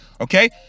Okay